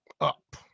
up